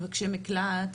מבקשי מקלט,